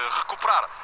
recuperar